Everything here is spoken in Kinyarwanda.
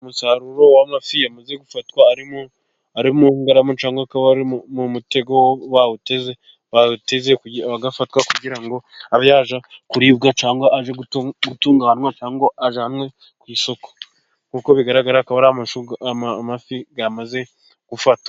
Umusaruro w'amafi yamaze gufatwa ari mu ngaramu, cyangwa se uri mu mutego bawuteze agafatwa, kugira ngo aze kuribwa cyangwa ajyanwe ku isoko. Nk'uko bigaragara, ni amafi yamaze gufatwa.